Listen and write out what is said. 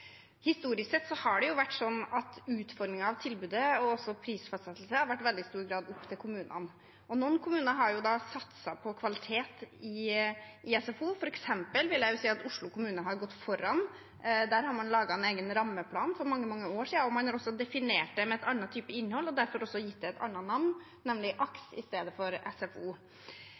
Historisk sett har utforming av tilbudet og også prisfastsettelse i veldig stor grad vært opp til kommunene. Noen kommuner har da satset på kvalitet i SFO. For eksempel vil jeg si at Oslo kommune har gått foran. Der laget man for mange år siden en egen rammeplan, og man har definert det med en annen type innhold og derfor også gitt det et annet navn, nemlig AKS i stedet for SFO.